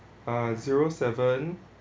ah zero seven